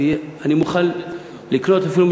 אני מוכן לקנות אפילו,